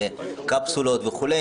קפסולות וכו'.